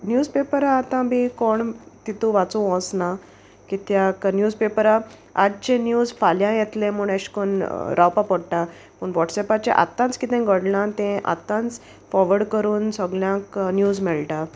news पेपरा आतां बी कोण तितू वाचूं वचना कित्याक न्यूज पेपरा आजचे न्यूज फाल्यां येतले म्हूण एशें कोन्न रावपा पडटा पूण वॉट्सऍपाचे आत्तांच कितें घडलां तें आतांच फॉवर्ड करून सोगल्यांक न्यूज मेळटा